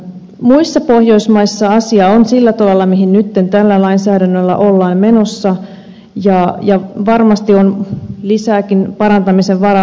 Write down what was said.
muissa pohjoismaissa asia on sillä tavalla mihin nytten tällä lainsäädännöllä ollaan menossa ja varmasti on lisääkin parantamisen varaa